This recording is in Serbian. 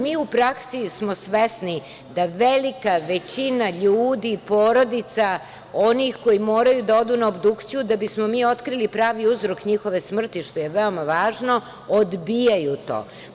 Mi u praksi smo svesni da velika većina ljudi, porodica, onih koji moraju da odu na obdukciju da bismo mi otkrili pravi uzrok njihove smrti, što je veoma važno, odbijaju to.